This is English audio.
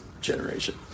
generation